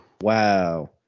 Wow